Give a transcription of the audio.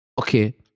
Okay